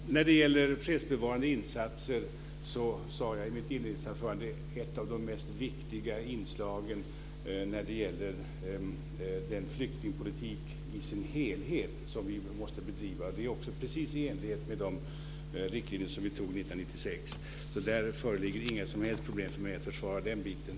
Fru talman! När det gäller fredsbevarande insatser sade jag i mitt inledningsanförande att det är ett av de viktigaste inslagen när det gäller den flyktingpolitik i sin helhet som vi måste bedriva. Det är också precis i enlighet med de riktlinjer vi antog 1996, så det föreligger inga som helst problem för mig att försvara den biten.